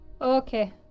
okay